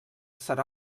serà